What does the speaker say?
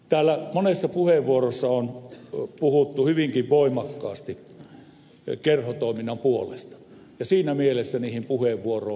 täällä monessa puheenvuorossa on puhuttu hyvinkin voimakkaasti kerhotoiminnan puolesta ja siinä mielessä niihin puheenvuoroihin voi yhtyä